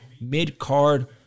mid-card